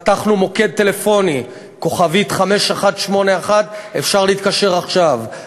פתחנו מוקד טלפוני 5181* אפשר להתקשר עכשיו,